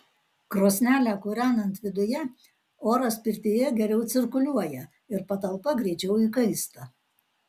krosnelę kūrenant viduje oras pirtyje geriau cirkuliuoja ir patalpa greičiau įkaista